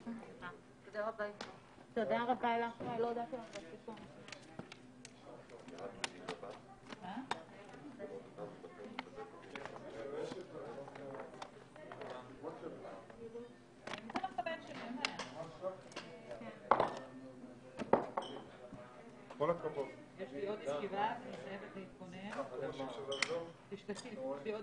12:40.